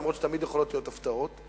אף שתמיד יכולות להיות הפתעות.